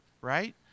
right